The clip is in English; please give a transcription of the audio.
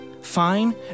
fine